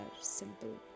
simple